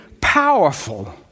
powerful